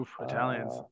Italians